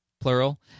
plural